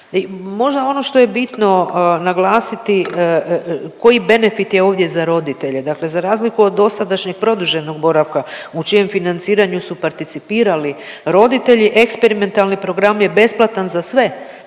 možda ono što je bitno naglasiti koji benefit je ovdje za roditelje, dakle za razliku od dosadašnjeg produženog boravka u čijem financiraju su participirali roditelj, eksperimentalni program je besplatan za sve,